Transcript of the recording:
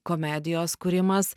komedijos kūrimas